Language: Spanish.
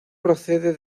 procede